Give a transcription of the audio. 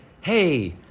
hey